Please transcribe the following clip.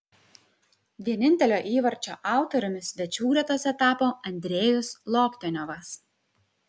vienintelio įvarčio autoriumi svečių gretose tapo andrejus loktionovas